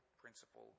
principle